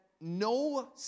no